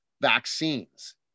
vaccines